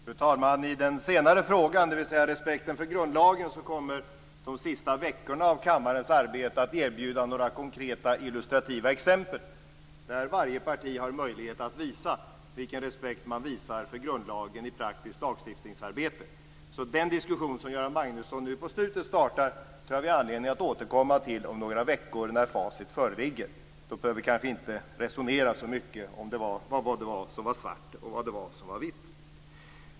Fru talman! I den senare frågan, dvs. respekten för grundlagen, kommer de sista veckorna av kammarens arbete att erbjuda några konkreta illustrativa exempel där varje parti har möjlighet att visa vilken respekt de visar för grundlagen i praktiskt lagstiftningsarbete. Den diskussion som Göran Magnusson nu på slutet startar har vi anledning att återkomma till om några veckor när facit föreligger. Då behöver vi kanske inte resonera så mycket om vad som var svart och vad som var vitt.